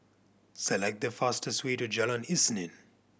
select the fastest way to Jalan Isnin